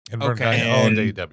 Okay